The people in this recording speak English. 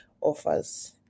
offers